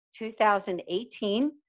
2018